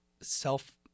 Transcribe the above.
self